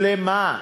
שלמה,